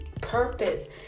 purpose